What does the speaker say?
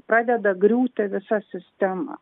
pradeda griūti visa sistema